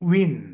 Win